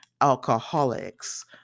alcoholics